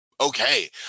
Okay